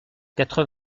quatre